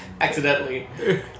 accidentally